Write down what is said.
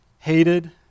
Hated